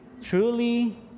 Truly